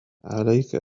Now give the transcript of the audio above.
عليك